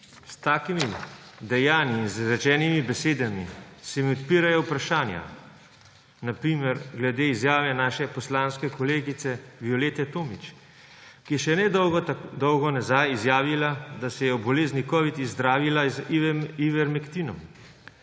S takimi dejanji, z izrečenimi besedami se mi odpirajo vprašanja. Na primer glede izjave naše poslanske kolegice Violete Tomić, ki je še nedolgo nazaj izjavila, da se je ob bolezni covid zdravila z ivermektinom.